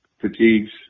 fatigues